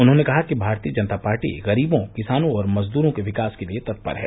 उन्होंने कहा कि भारतीय जनता पार्टी गरीबों किसानों और मजदूरों के विकास के लिये तत्पर है